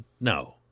no